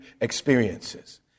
experiences